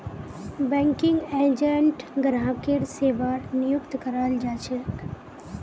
banking agent ग्राहकेर सेवार नियुक्त कराल जा छेक